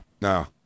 no